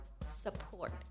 support